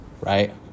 right